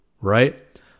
right